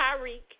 Tyreek